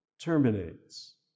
terminates